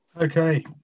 Okay